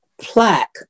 plaque